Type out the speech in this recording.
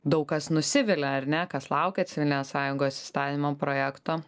daug kas nusivilia ar ne kas laukia civilinės sąjungos įstatymo projektą